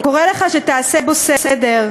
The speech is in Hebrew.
קורא לך שתעשה בו סדר,